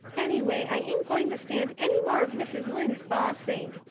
anyway, i ain't going to stand any more of mrs. lynde's bossing,